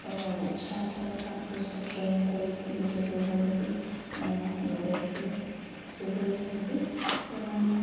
ଓ ଇଚ୍ଛା ଥାଏ ତାକୁ ସେ ଡ୍ରଇଂ କରିକି ନିଜ ଗୃହରେ ବି ଲଗାଇକି ସଜେଇଥାନ୍ତି ଏବଂ